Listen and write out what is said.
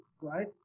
right